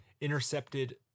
intercepted